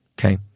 okay